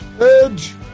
Edge